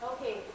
Okay